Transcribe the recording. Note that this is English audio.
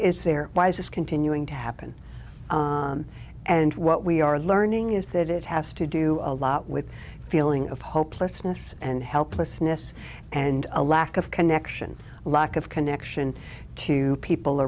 this continuing to happen and what we are learning is that it has to do a lot with a feeling of hopelessness and helplessness and a lack of connection lack of connection to people